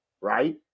right